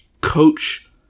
coach